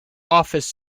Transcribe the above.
office